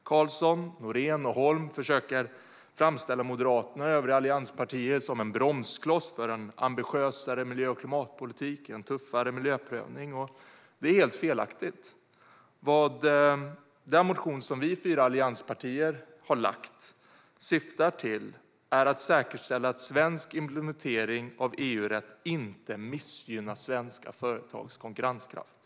Karlsson, Nohrén och Holm försöker framställa Moderaterna och övriga allianspartier som bromsklossar för en ambitiösare miljö och klimatpolitik och en tuffare miljöprövning, något som är helt felaktigt. Vad den motion som vi fyra allianspartier har lagt syftar till är att säkerställa att svensk implementering av EU-rätt inte missgynnar svenska företags konkurrenskraft.